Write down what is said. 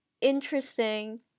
interesting